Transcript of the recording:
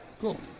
Cool